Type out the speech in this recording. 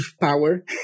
power